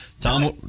Tom